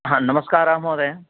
हा नमस्काराः महोदय